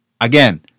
Again